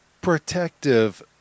Protective